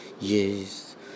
yes